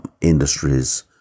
industries